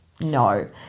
no